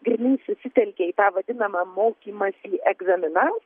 grynai susitelkė į tą vadinamą mokymąsi egzaminams